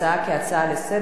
להעבירה לוועדת החינוך.